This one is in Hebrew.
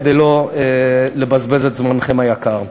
כדי לא לבזבז את זמנכם היקר.